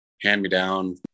hand-me-down